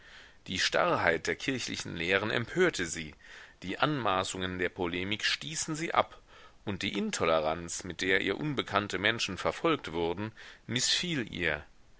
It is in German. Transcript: die starrheit der kirchlichen lehren empörte sie die anmaßungen der polemik stießen sie ab und die intoleranz mit der ihr unbekannte menschen verfolgt wurden mißfiel ihr